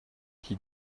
qui